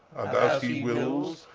and as he wills,